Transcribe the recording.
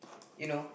you know